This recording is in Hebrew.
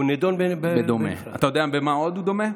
הוא נדון אתה יודע למה עוד הוא דומה?